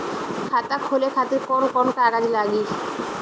खाता खोले खातिर कौन कौन कागज लागी?